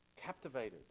captivated